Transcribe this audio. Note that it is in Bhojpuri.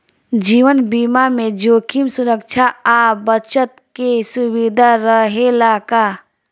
जीवन बीमा में जोखिम सुरक्षा आ बचत के सुविधा रहेला का?